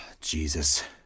Jesus